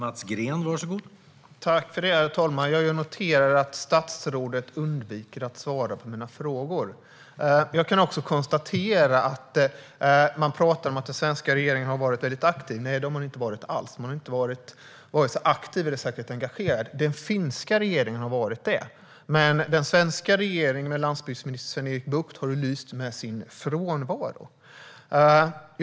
Herr talman! Jag noterar att statsrådet undviker att svara på mina frågor. Jag konstaterar också att man pratar om att den svenska regeringen har varit aktiv. Nej, det har den inte varit alls. Den har inte varit vare sig aktiv eller särskilt engagerad. Den finska regeringen har varit det, men den svenska regeringen med landsbygdsminister Sven-Erik Bucht har lyst med sin frånvaro. Herr talman!